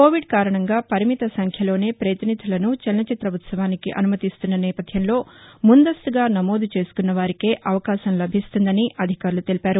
Covid కారణంగా పరిమిత సంఖ్యలోనే ప్రతినిధులసు చలనచిత్ర ఉత్స వానికి అనుమతిస్తున్న నేపథ్యంలో ముందుస్తుగా నమోదు చేసుకున్నవారికే అవకాశం లభిస్తుందని అధికారులు తెలిపారు